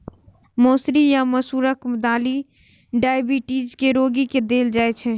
मौसरी या मसूरक दालि डाइबिटीज के रोगी के देल जाइ छै